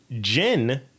Jen